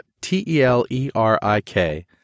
T-E-L-E-R-I-K